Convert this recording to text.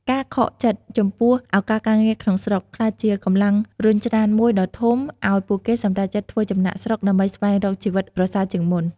ការខកចិត្តចំពោះឱកាសការងារក្នុងស្រុក ក្លាយជាកម្លាំងរុញច្រានមួយដ៏ធំឱ្យពួកគេសម្រេចចិត្តធ្វើចំណាកស្រុកដើម្បីស្វែងរកជីវិតប្រសើរជាងមុន។